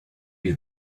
you